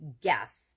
guess